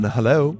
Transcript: Hello